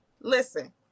Listen